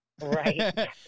Right